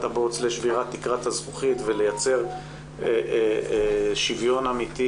הבוץ לשבירת תקרת הזכוכית ולייצר שוויון אמיתי,